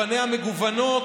פניה המגוונות,